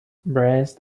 breast